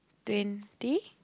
twenty